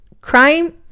crime